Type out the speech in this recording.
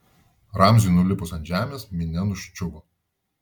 ramziui nulipus ant žemės minia nuščiuvo